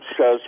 says